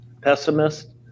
pessimist